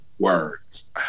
words